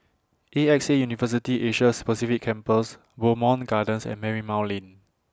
A X A University Asia Pacific Campus Bowmont Gardens and Marymount Lane